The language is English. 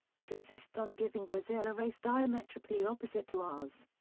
it insists on giving brazil a race diametrically opposite to ours.